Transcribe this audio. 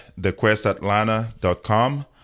thequestatlanta.com